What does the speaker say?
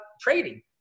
trading